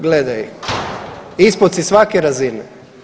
Gledaj, ispod si svake razine.